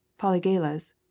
Polygalas